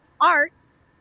arts